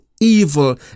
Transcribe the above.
evil